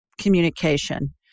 communication